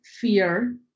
fear